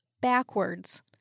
backwards